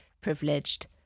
privileged